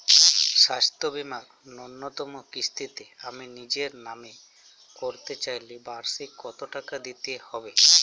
স্বাস্থ্য বীমার ন্যুনতম কিস্তিতে আমি নিজের নামে করতে চাইলে বার্ষিক কত টাকা দিতে হবে?